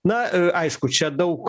na aišku čia daug